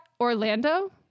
Orlando